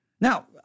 Now